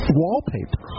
wallpaper